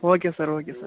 okay sir okay sir